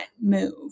move